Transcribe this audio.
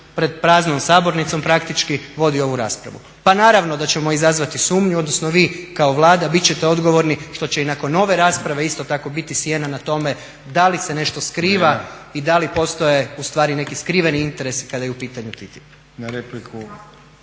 pred praznom sabornicom praktički vodi ovu raspravu. Pa naravno da ćemo izazvati sumnju, odnosno vi kao Vlada bit ćete odgovorni što će i nakon ove rasprave isto tako biti sjena na tome da li se nešto skriva i da li postoje ustvari neki skriveni interesi kada je u pitanju TTIP.